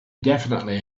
definitely